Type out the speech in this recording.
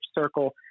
circle